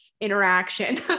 interaction